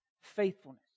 Faithfulness